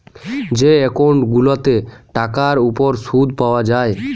যে একউন্ট গুলাতে টাকার উপর শুদ পায়া যায়